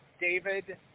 David